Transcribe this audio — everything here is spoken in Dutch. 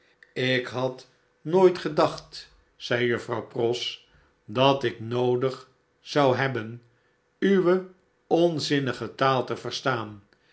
ik had nooit gedacht zei juffrouw pross dat ik noodig zou hebben uwe onzinnige taal te verstaan